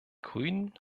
grünen